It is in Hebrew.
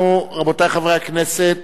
אנחנו, רבותי חברי הכנסת,